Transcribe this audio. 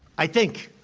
i think.